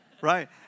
right